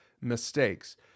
mistakes